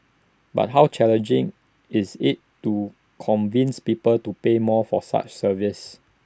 but how challenging is IT to convince people to pay more for such services